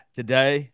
today